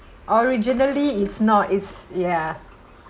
originally it's not it's ya